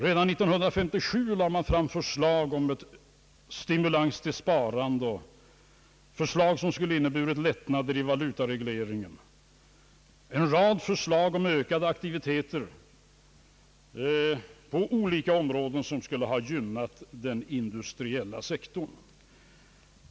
Redan 1957 lade folkpartiet fram förslag till stimulans för sparandet, förslag som skulle ha inneburit lättnader i valutaregleringen och en rad förslag om ökade aktiviteter på olika områden, som skulle ha gynnat den industriella sektorn.